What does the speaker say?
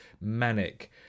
manic